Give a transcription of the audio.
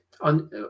on